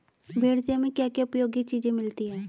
भेड़ से हमें क्या क्या उपयोगी चीजें मिलती हैं?